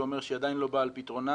זה אומר שהיא עדיין לא באה על פתרונה.